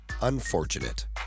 unfortunate